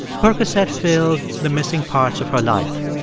percocet filled the missing parts of her life